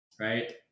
right